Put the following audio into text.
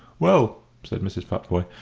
well, said mrs. futvoye,